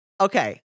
okay